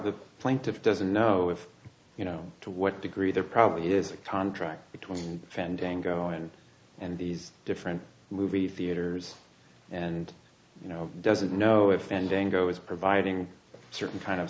the plaintiff doesn't know if you know to what degree there probably is a contract between friend and go in and these different movie theaters and you know doesn't know if in doing go is providing a certain kind of